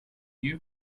you